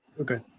Okay